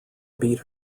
beat